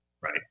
right